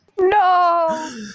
No